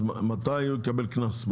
אז מתי הוא יקבל קנס?